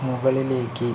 മുകളിലേക്ക്